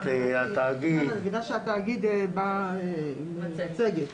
אני מבינה שהתאגיד בא עם מצגת.